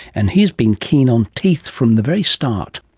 and he's been keen on teeth from the very start.